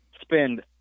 spend